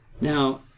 Now